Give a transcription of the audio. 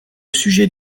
sujet